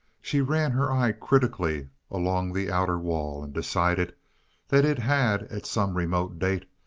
she ran her eye critically along the outer wall and decided that it had, at some remote date,